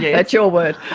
that's your word.